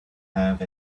have